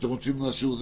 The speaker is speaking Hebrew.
אתם רוצים משהו?